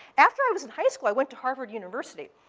after i was in high school, i went to harvard university,